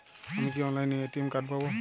আমি কি অনলাইনে এ.টি.এম কার্ড পাব?